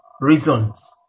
reasons